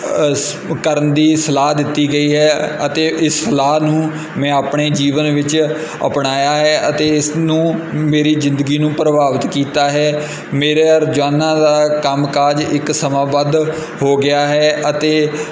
ਸ ਕਰਨ ਦੀ ਸਲਾਹ ਦਿੱਤੀ ਗਈ ਹੈ ਅਤੇ ਇਸ ਸਲਾਹ ਨੂੰ ਮੈਂ ਆਪਣੇ ਜੀਵਨ ਵਿੱਚ ਅਪਣਾਇਆ ਹੈ ਅਤੇ ਇਸ ਨੂੰ ਮੇਰੀ ਜ਼ਿੰਦਗੀ ਨੂੰ ਪ੍ਰਭਾਵਿਤ ਕੀਤਾ ਹੈ ਮੇਰੇ ਰੋਜਾਨਾ ਦਾ ਕੰਮ ਕਾਜ ਇੱਕ ਸਮਾਂ ਵੱਧ ਹੋ ਗਿਆ ਹੈ ਅਤੇ